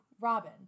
Robin